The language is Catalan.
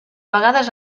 vegades